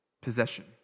possession